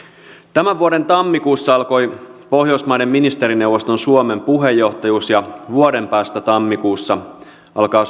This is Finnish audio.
tämän vuoden tammikuussa alkoi pohjoismaiden ministerineuvoston suomen puheenjohtajuus ja vuoden päästä tammikuussa alkaa